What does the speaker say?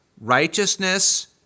righteousness